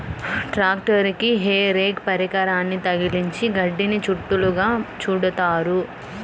ట్రాక్టరుకి hay rake పరికరాన్ని తగిలించి గడ్డిని చుట్టలుగా చుడుతారు